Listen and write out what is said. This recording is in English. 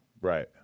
Right